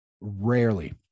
Rarely